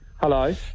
Hello